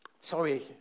Sorry